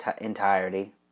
entirety